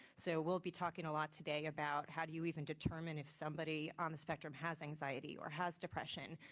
so we'll be talking a lot today about how do you even determine if somebody on the spectrum has anxiety or has depression,